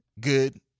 good